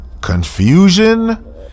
confusion